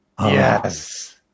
Yes